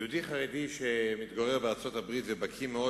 יהודי חרדי שמתגורר בארצות-הברית ובקי מאוד